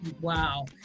Wow